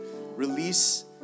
release